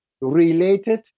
related